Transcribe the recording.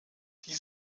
die